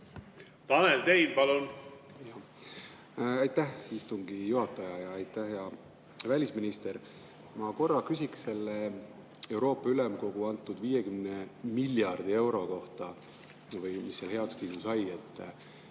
Tanel Tein, palun! Aitäh, istungi juhataja! Aitäh, hea välisminister! Ma korra küsin selle Euroopa Ülemkogu antud 50 miljardi euro kohta, mis heakskiidu sai.